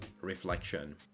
reflection